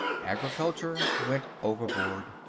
agriculture went overboard.